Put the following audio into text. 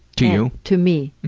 to you? to me.